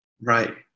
Right